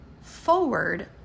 forward